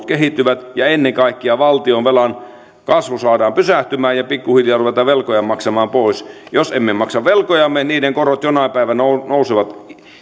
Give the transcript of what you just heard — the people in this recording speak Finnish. kehittyvät ja ennen kaikkea valtionvelan kasvu saadaan pysähtymään ja pikkuhiljaa ruvetaan velkoja maksamaan pois jos emme maksa velkojamme niiden korot jonain päivänä nousevat